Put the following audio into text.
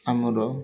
ଆମର